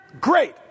Great